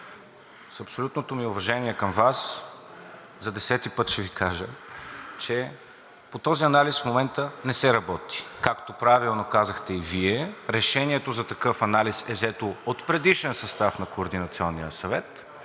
С абсолютното ми уважение към Вас за десети път ще Ви кажа, че по този анализ в момента не се работи. Както правилно казахте и Вие, решението за такъв анализ е взето от предишен състав на Координационния съвет,